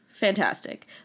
Fantastic